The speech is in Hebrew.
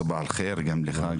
סבאח אל חיר גם לך,